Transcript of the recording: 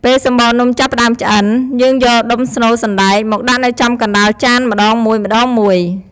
ពេលសំបកនំចាប់ផ្តើមឆ្អិន យើងយកដុំស្នូលសណ្តែកមកដាក់នៅចំកណ្ដាលចានម្ដងមួយៗ។